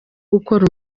gukora